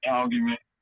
argument